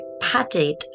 padded